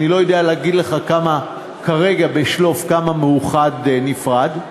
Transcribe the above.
ואני לא יודע להגיד לך כרגע בשלוף כמה הגישו מאוחד וכמה נפרד,